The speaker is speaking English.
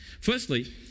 Firstly